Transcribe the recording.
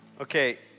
Okay